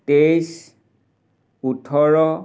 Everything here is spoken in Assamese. তেইছ ওঠৰ